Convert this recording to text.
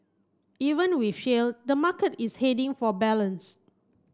even with shale the market is heading for balance